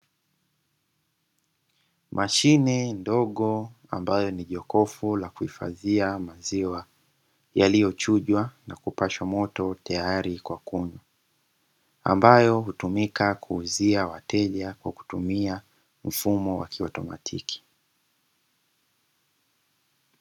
Mashine ndogo ambayo ni jokofu la kuhifadhia maziwa yaliyochujwa na kupashwa moto tayari kwa kunywa, ambayo hutumika kuuzia wateja kwa kutumia mfumo wa kiautomatiki.